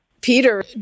Peter